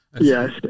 Yes